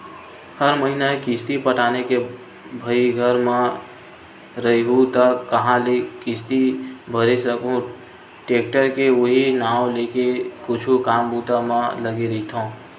हर महिना किस्ती पटाना हे भई घर म रइहूँ त काँहा ले किस्ती भरे सकहूं टेक्टर के उहीं नांव लेके कुछु काम बूता म लगे रहिथव